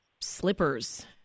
slippers